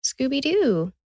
Scooby-Doo